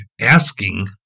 asking